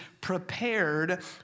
prepared